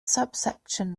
subsection